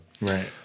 Right